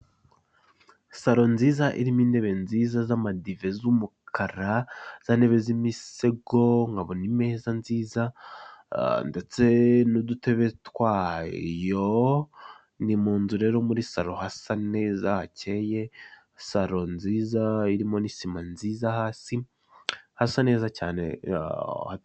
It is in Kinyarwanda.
Saro nziza irimo intebe nziza z'amadive z'umukara, zantebe z'imisego nkabona imeza nziza ndetse n'udutebe twayo, nimunzu rero muri saro hasa neza hakeye. Saro nziza irimo n'isima nziza hasi hasa neza cyane.